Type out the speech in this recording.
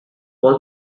was